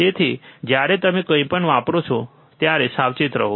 તેથી જ્યારે તમે કંઈપણ વાપરો ત્યારે સાવચેત રહો